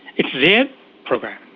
it's their program,